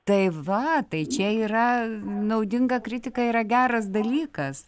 tai va tai čia yra naudinga kritika yra geras dalykas